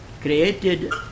created